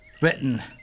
written